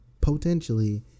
potentially